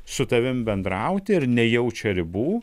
su tavim bendrauti ir nejaučia ribų